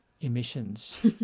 Emissions